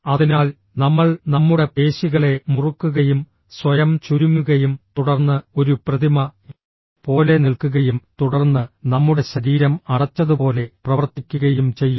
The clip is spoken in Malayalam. അതിനാൽ നമ്മൾ നമ്മുടെ പേശികളെ മുറുക്കുകയും സ്വയം ചുരുങ്ങുകയും തുടർന്ന് ഒരു പ്രതിമ പോലെ നിൽക്കുകയും തുടർന്ന് നമ്മുടെ ശരീരം അടച്ചതുപോലെ പ്രവർത്തിക്കുകയും ചെയ്യുന്നു